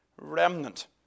remnant